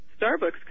Starbucks